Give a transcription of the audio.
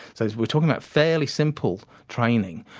so we are talking about fairly simple training,